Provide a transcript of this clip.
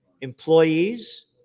employees